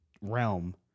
realm